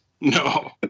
No